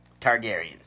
Targaryens